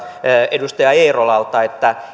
edustaja eerolalta